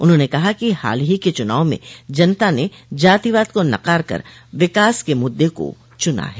उन्होंने कहा कि हाल ही के चुनाव में जनता ने जातिवाद को नकार कर विकास के मुद्दे को चुना है